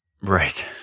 Right